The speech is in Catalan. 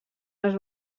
les